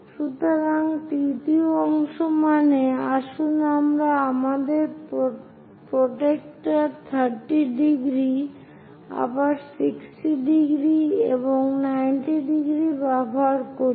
সুতরাং তৃতীয় অংশ মানে আসুন আমরা আমাদের প্রটেক্টর 30 ডিগ্রী আবার 60 ডিগ্রী এবং 90 ডিগ্রী ব্যবহার করি